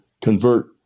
convert